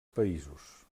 països